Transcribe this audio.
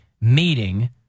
meeting